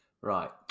Right